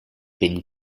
been